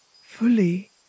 fully